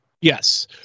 Yes